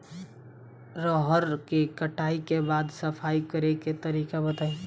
रहर के कटाई के बाद सफाई करेके तरीका बताइ?